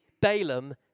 Balaam